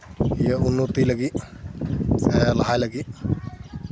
ᱤᱭᱟᱹ ᱩᱱᱱᱚᱛᱤ ᱞᱟᱹᱜᱤᱫ ᱥᱮ ᱞᱟᱦᱟᱭ ᱞᱟᱹᱜᱤᱫ